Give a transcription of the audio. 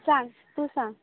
सांग तूं सांग